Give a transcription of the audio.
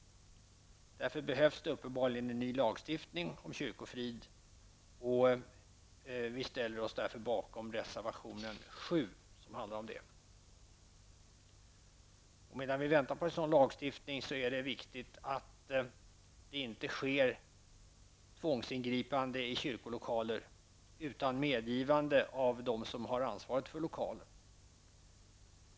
Därför behövs det uppenbarligen en ny lagstiftning om kyrkofrid, och vi ställer oss bakom reservation 7, som handlar om detta. Medan vi väntar på en sådan lagstiftning är det viktigt att det inte sker tvångsingripanden i kyrkolokaler utan medgivande av den som har ansvaret för lokalen.